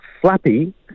flappy